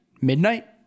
midnight